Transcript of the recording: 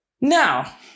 Now